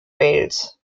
wales